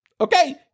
okay